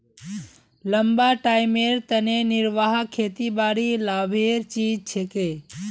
लंबा टाइमेर तने निर्वाह खेतीबाड़ी लाभेर चीज छिके